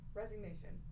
resignation